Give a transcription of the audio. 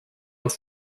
als